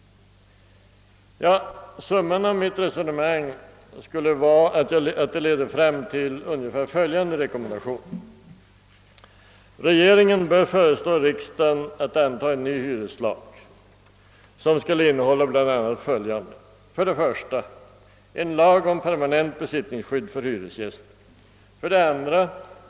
Mitt resonemang leder alltså fram till ungefär följande rekommendation. Regeringen bör föreslå riksdagen att anta en ny hyreslag, som skall innehålla bl.a. följande: 2.